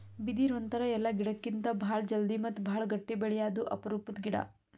ಬಿದಿರ್ ಒಂಥರಾ ಎಲ್ಲಾ ಗಿಡಕ್ಕಿತ್ತಾ ಭಾಳ್ ಜಲ್ದಿ ಮತ್ತ್ ಭಾಳ್ ಗಟ್ಟಿ ಬೆಳ್ಯಾದು ಅಪರೂಪದ್ ಗಿಡಾ